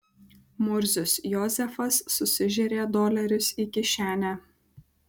murzius jozefas susižėrė dolerius į kišenę